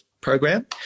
program